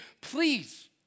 please